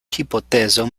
hipotezo